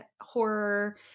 horror